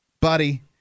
buddy